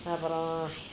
அப்புறம்